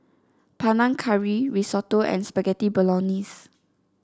Panang Curry Risotto and Spaghetti Bolognese